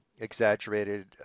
exaggerated